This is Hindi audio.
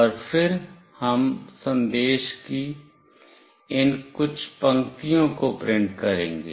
और फिर हम संदेश की इन कुछ पंक्तियों को प्रिंट करेंगे